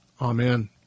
Amen